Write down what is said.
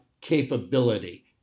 capability